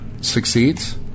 succeeds